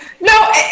no